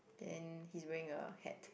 then he's wearing a hat